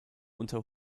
unter